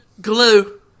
glue